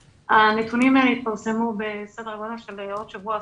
הנתונים האלה יתפרסמו בסדר גודל של עוד שבוע,